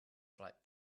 flight